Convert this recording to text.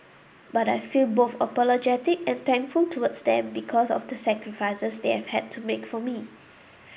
but I feel both apologetic and thankful towards them because of the sacrifices they have had to make for me